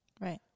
Right